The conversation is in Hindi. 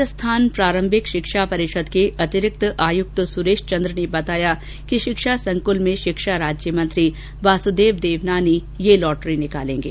राजस्थान प्रारंभिक शिक्षा परिषद् के अतिरिक्त आयुक्त सुरेशचन्द्र ने बताया कि शिक्षा संकुल में शिक्षा राज्य मंत्री वासुदेव देवनानी ये लॉटरी निकालेंगे